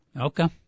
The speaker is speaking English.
Okay